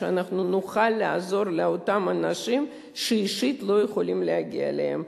שאנחנו נוכל לעזור לאותם אנשים שאישית לא יכולים להגיע אליהם.